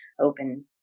open